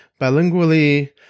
bilingually